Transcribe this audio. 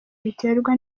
biterwa